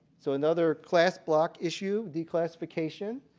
so another class block issue, declassification,